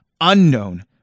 unknown